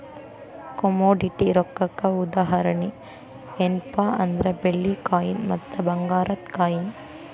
commodity ರೊಕ್ಕಕ್ಕ ಉದಾಹರಣಿ ಯೆನ್ಪಾ ಅಂದ್ರ ಬೆಳ್ಳಿ ಕಾಯಿನ್ ಮತ್ತ ಭಂಗಾರದ್ ಕಾಯಿನ್